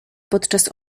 podczas